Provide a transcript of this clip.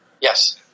Yes